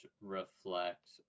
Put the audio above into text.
reflect